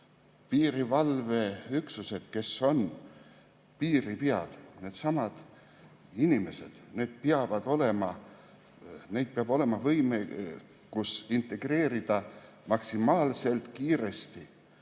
Piirivalveüksused, kes on piiri peal, needsamad inimesed – peab olema võimekus integreerida neid maksimaalselt kiiresti